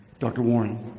dr. warren?